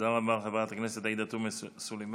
תודה רבה, חברת הכנסת עאידה תומא סלימאן.